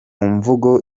mvugo